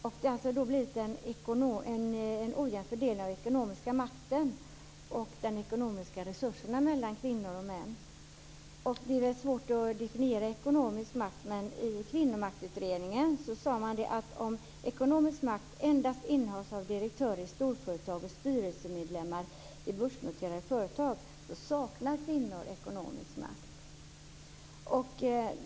Det har då blivit en ojämn fördelning av den ekonomiska makten och de ekonomiska resurserna mellan kvinnor och män. Det är svårt att definiera ekonomisk makt, men i Kvinnomaktutredningen sade man att om ekonomisk makt endast innehas av direktörer i storföretag och styrelsemedlemmar i börsnoterade företag, så saknar kvinnor ekonomisk makt.